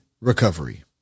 recovery